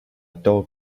dog